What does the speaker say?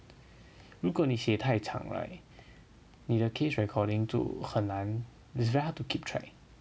如果你写太长 right 你的 case recording 就很难 is very hard to keep track